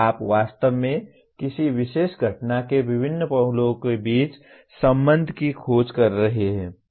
आप वास्तव में किसी विशेष घटना के विभिन्न पहलुओं के बीच संबंध की खोज कर रहे हैं